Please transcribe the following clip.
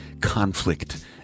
conflict